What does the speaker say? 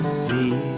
see